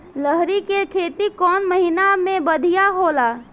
लहरी के खेती कौन महीना में बढ़िया होला?